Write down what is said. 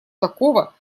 такого